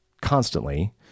constantly